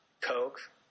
Coke